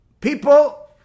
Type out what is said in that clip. people